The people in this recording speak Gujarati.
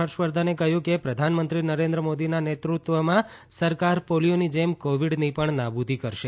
હર્ષવર્ધને કહ્યું કે પ્રધાનમંત્રી નરેન્દ્ર મોદીના નેતૃત્વમાં સરકાર પોલીયોની જેમ કોવિડની પણ નાબૂદી કરશે